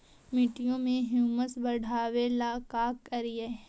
मिट्टियां में ह्यूमस बढ़ाबेला का करिए?